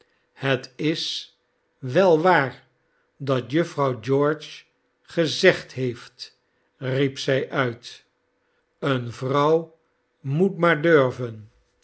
het is wel waar dat jufvrouw george gezegd heeft riep zij uit een vrouw moet maar durven